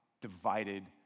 divided